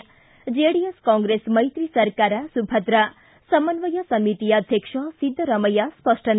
ಿಗ JDS Congress ಮೈತ್ರಿ ಸರ್ಕಾರ ಸುಭದ್ರ ಸಮನ್ನಯ ಸಮಿತಿ ಅಧ್ಯಕ್ಷ ಸಿದ್ದರಾಮಯ್ಯ ಸ್ಪಷ್ಟನೆ